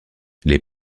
les